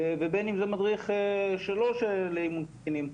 ובין אם זה מדריך לא לאימון קטינים,